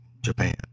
Japan